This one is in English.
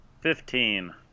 Fifteen